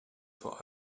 vor